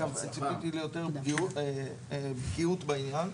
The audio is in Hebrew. אגב ציפיתי ליותר בקיאות בעניין,